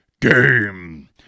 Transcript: game